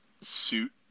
suit